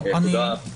ראשית,